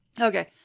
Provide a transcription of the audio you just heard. Okay